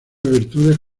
virtudes